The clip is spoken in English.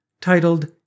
titled